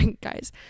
guys